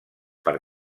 per